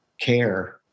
care